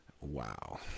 Wow